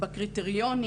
בקריטריונים,